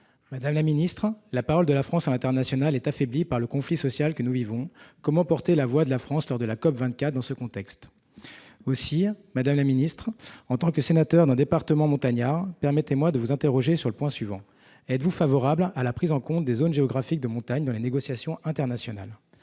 Madame la secrétaire d'État, la parole de la France à l'international est affaiblie par le conflit social que nous vivons. Comment porter la voix de notre pays lors de la COP24 dans ce contexte ? Par ailleurs, en tant que sénateur d'un département montagnard, permettez-moi de vous interroger sur le point suivant : êtes-vous favorable à la prise en compte des zones géographiques de montagne dans les négociations internationales,